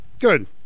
Good